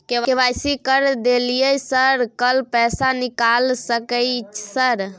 KYC कर दलियै sir कल पैसा निकाल सकलियै सर?